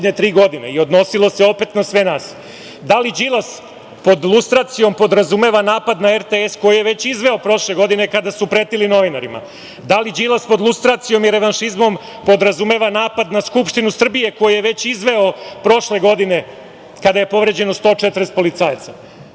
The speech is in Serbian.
godine, i odnosilo se opet na sve nas. Da li Đilas pod lustracijom podrazumeva napad na RTS, koji je već izveo prošle godine, kada su pretili novinarima? Da li Đilas pod lustracijom i revanšizmom podrazumeva napad na Skupštinu Srbije, koju je već izveo prošle godine, kada je povređeno 140 policajaca?U